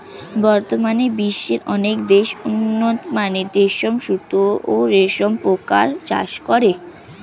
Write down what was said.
বর্তমানে বিশ্বের অনেক দেশ উন্নতমানের রেশম সুতা ও রেশম পোকার চাষ করে